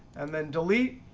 and then delete,